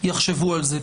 יחשבו על זה.